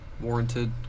warranted